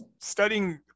studying